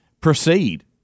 proceed